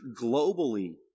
globally